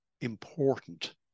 important